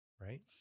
Right